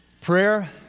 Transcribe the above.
prayer